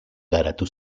garatu